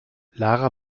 lara